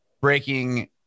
breaking